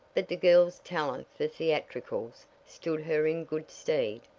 but the girl's talent for theatricals stood her in good stead,